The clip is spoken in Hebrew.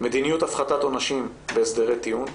מדיניות הפחתת עונשים בהסדרי טיעון,